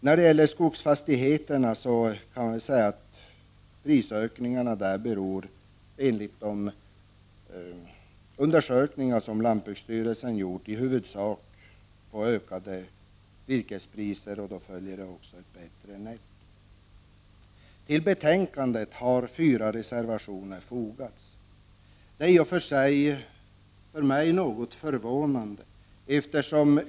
Enligt de undersökningar som lantbruksstyrelsen har gjort beror prisökningen när det gäller skogsfastigheter i huvudsak på ökade virkespriser. Till betänkandet har 4 reservationer fogats. Det är något förvånande.